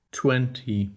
twenty